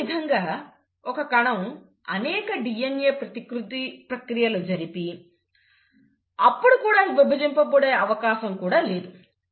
అదేవిధంగా ఒక కణం అనేక DNA ప్రతికృతి ప్రక్రియలు జరిపి అప్పుడు విభజింపబడే అవకాశం కూడా లేదు